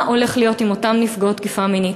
מה הולך להיות עם אותן נפגעות תקיפה מינית?